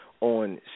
on